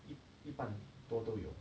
一一半多都有 ah